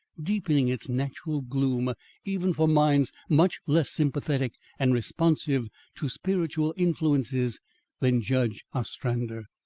deepening its natural gloom even for minds much less sympathetic and responsive to spiritual influences than judge ostrander.